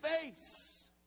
face